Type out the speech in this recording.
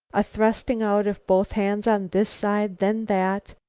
a thrusting out of both hands on this side, then that,